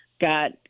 got –